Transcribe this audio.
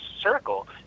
circle